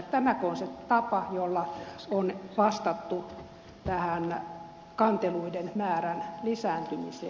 tämäkö on se tapa jolla on vastattu tähän kanteluiden määrän lisääntymiseen